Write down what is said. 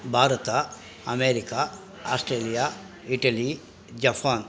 Bharat America Australia Italy Japan